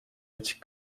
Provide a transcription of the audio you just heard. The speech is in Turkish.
açık